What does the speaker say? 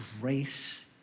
grace